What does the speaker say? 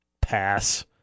Pass